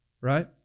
right